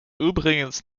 übrigens